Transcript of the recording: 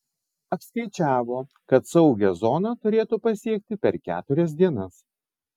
apskaičiavo kad saugią zoną turėtų pasiekti per keturias dienas